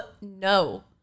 No